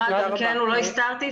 עינת פישר-לאלו: לא הסתרתי,